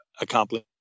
accomplish